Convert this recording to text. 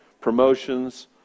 promotions